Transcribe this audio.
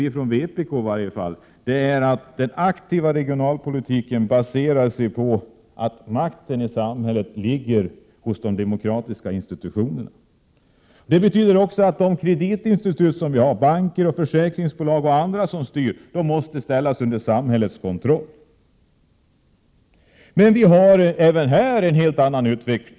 Vi i vpk anser att en huvudförutsättning är att den aktiva regionalpolitiken baseras på att makten i samhället ligger hos de demokratiska institutionerna. Det betyder också att våra kreditinstitut, såsom banker, försäkringsbolag och andra som har en styrande funktion måste ställas under samhällets kontroll. Även här pågår en helt annan utveckling.